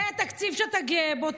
זה התקציב שאתה גאה בו,